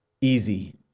easy